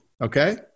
Okay